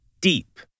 Deep